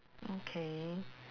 okay